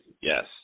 Yes